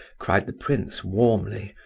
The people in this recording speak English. cried the prince warmly,